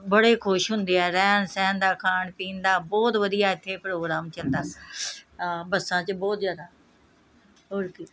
ਬੜੇ ਖੁਸ਼ ਹੁੰਦੇ ਆ ਰਹਿਣ ਸਹਿਣ ਦਾ ਖਾਣ ਪੀਣ ਦਾ ਬਹੁਤ ਵਧੀਆ ਇੱਥੇ ਪ੍ਰੋਗਰਾਮ ਚੱਲਦਾ ਸ ਬੱਸਾਂ 'ਚ ਬਹੁਤ ਜ਼ਿਆਦਾ ਹੋਰ ਕੀ